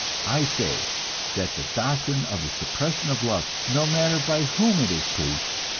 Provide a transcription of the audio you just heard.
i say that the doctrine of the suppression of love, no matter by whom it is preached,